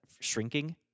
shrinking